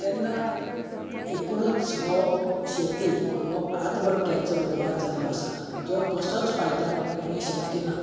तेन्ना एकूणच हो शेती हो आतबट्याचो वेव्हार जाल्लो आसा जो कसोच फायद्यांत येणे शक्य ना